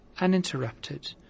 uninterrupted